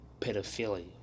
pedophilia